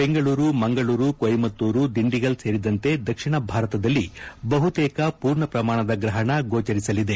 ಬೆಂಗಳೂರು ಮಂಗಳೂರು ಕೊಯಮತ್ತೂರು ದಿಂಡಿಗಲ್ ಸೇರಿದಂತೆ ದಕ್ಷಿಣ ಭಾರತದಲ್ಲಿ ಬಹುತೇಕ ಪೂರ್ಣ ಪ್ರಮಾಣದ ಗ್ರಹಣ ಗೋಚರಿಸಲಿದೆ